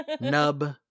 nub